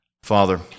Father